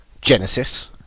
Genesis